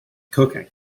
cooking